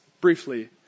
briefly